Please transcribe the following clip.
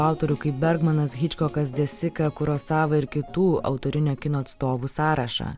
autorių kaip bergmanas hičkokas desika kurosava ir kitų autorinio kino atstovų sąrašą